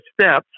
steps